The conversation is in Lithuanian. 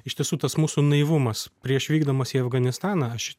iš tiesų tas mūsų naivumas prieš vykdamas į afganistaną aš